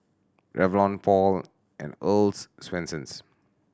Revlon Paul and Earl's Swensens